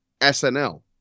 SNL